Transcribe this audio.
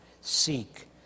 seek